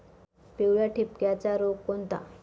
पिवळ्या ठिपक्याचा रोग कोणता?